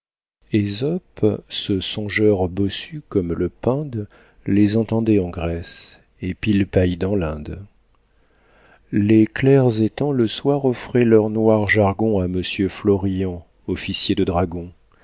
ésope ce songeur bossu comme le pinde les entendait en grèce et pilpaï dans l'inde les clairs étangs le soir offraient leurs noirs jargons a monsieur florian officier de dragons